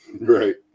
Right